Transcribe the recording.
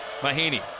Mahaney